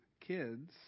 kids